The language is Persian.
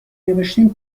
نوشتین